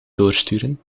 doorsturen